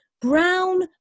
Brown